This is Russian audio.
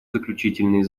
заключительные